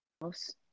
house